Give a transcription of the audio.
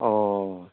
অঁ